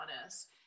honest